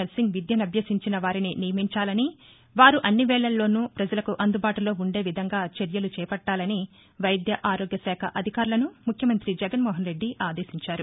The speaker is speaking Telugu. నర్సింగ్ విద్యనభ్యసించిన వారిని నియమించాలని వారు అన్ని వేళల్లోనూ ప్రజలకు అందుబాటులో ఉండే విధంగా చర్యలు చేపట్టాలని వైద్య ఆరోగ్య శాఖ అధికారులను ముఖ్యమంత్రి జగన్మోహన్రెడ్డి ఆదేశించారు